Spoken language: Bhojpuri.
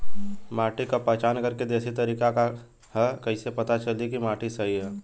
माटी क पहचान करके देशी तरीका का ह कईसे पता चली कि माटी सही ह?